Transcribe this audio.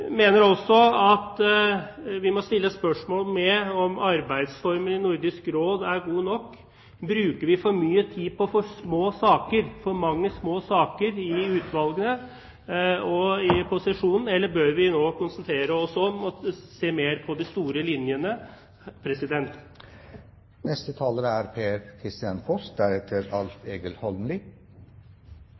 mener også at vi må stille spørsmål om hvorvidt arbeidsformen i Nordisk Råd er god nok. Bruker vi for mye tid på for mange små saker i utvalgene og på sesjonen? Bør vi nå konsentrere oss om å se mer på de store linjene?